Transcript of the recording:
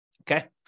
Okay